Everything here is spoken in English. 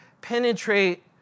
penetrate